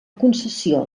concessió